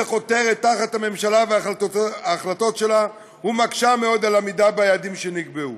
שחותרת תחת הממשלה וההחלטות שלה ומקשה מאוד על עמידה ביעדים שנקבעו.